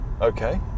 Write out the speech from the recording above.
Okay